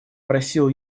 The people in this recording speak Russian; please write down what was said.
просил